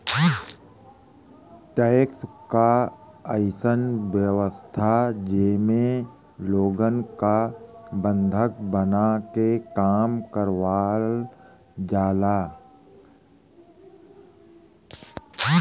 tax क अइसन व्यवस्था जेमे लोगन क बंधक बनाके काम करावल जाला